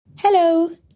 Hello